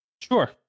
Sure